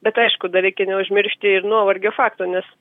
bet aišku dar reikia neužmiršti ir nuovargio fakto nes